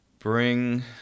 Bring